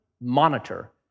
monitor